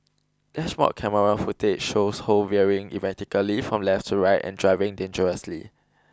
dashboard camera footage shows Ho veering erratically from left to right and driving dangerously